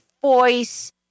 voice